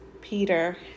peter